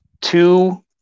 two